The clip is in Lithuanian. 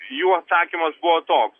jų atsakymas buvo toks